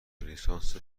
لیسانس